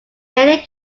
many